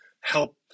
help